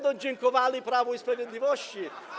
dziękowali Prawu i Sprawiedliwości.